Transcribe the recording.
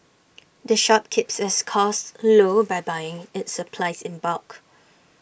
the shop keeps its costs low by buying its supplies in bulk